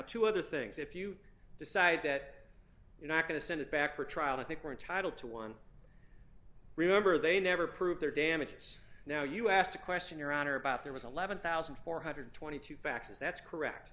two other things if you decide that you're not going to send it back for trial i think we're entitled to one remember they never prove their damages now you asked a question your honor about there was eleven thousand four hundred and twenty two faxes that's correct